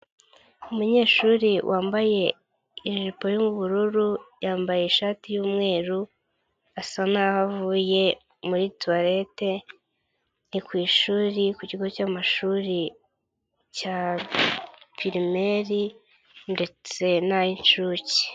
Umunyeshuri wambaye ijipo y'ubururu, yambaye ishati y'umweru. asa n'aho avuye muri tuwarete ku shuri, ku kigo cyamashuri cya pirimeri ndetse n'ay'inshuke.